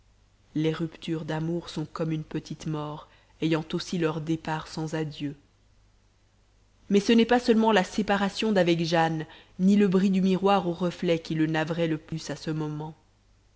mais ce n'est pas seulement la séparation d'avec jane ni le bris du miroir aux reflets qui le navraient le plus à ce moment